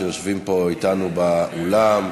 שיושבים פה אתנו באולם.